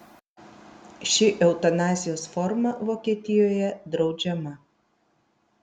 ši eutanazijos forma vokietijoje draudžiama